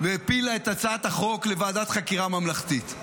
והפילה את הצעת החוק לוועדת חקירה ממלכתית.